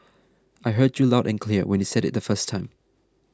I heard you loud and clear when you said it the first time